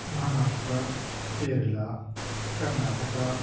Maharashtra Kerala Karnataka